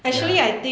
ya